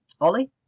Ollie